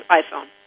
iPhone